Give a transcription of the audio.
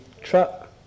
truck